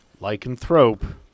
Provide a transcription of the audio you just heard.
Lycanthrope